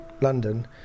London